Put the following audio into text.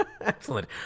Excellent